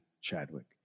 Chadwick